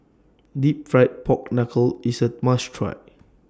Deep Fried Pork Knuckle IS A must Try